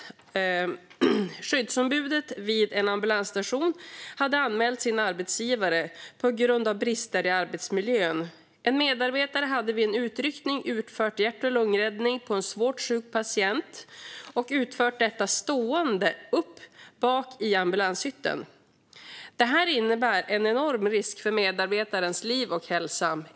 Skyddsombudet vid en ambulansstation hade anmält sin arbetsgivare på grund av brister i arbetsmiljön. En medarbetare hade vid en utryckning utfört hjärt-lungräddning på en svårt sjuk patient. Detta gjordes stående i ambulanshytten, och det innebar en enorm risk för medarbetarens liv och hälsa.